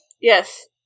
Yes